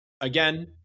Again